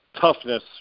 toughness